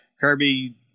Kirby –